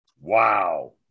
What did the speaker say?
Wow